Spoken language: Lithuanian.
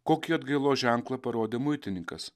kokį atgailos ženklą parodė muitininkas